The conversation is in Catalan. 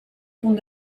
punt